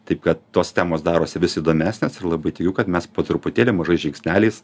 taip kad tos temos darosi vis įdomesnės ir labai tikiu kad mes po truputėlį mažais žingsneliais